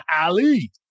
Ali